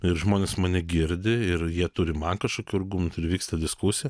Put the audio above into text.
ir žmonės mane girdi ir jie turi man kažkokių argumentų ir vyksta diskusija